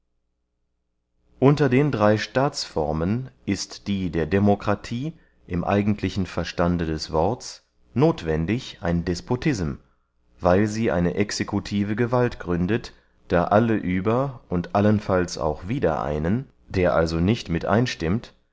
unter den drey staatsformen ist die der demokratie im eigentlichen verstande des worts nothwendig ein despotism weil sie eine exekutive gewalt gründet da alle über und allenfalls auch wider einen der also nicht mit einstimmt